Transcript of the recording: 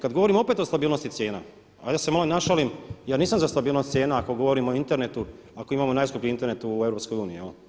Kad govorim opet o stabilnosti cijena, a ja se malo i našalim ja nisam za stabilnost cijena ako govorim o internetu, ako imamo najskuplji Internet u EU.